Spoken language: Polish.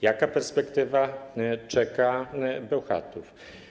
Jaka perspektywa czeka Bełchatów?